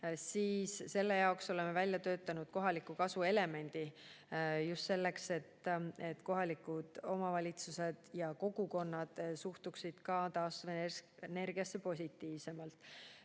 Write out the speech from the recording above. tähelepanu juhiti, oleme välja töötanud kohaliku kasu elemendi, just selleks, et kohalikud omavalitsused ja kogukonnad suhtuksid taastuvenergiasse positiivsemalt.